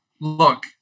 Look